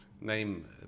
name